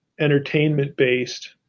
entertainment-based